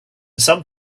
some